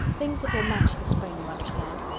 things that will match the spring, you understand.